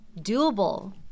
doable